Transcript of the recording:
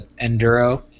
Enduro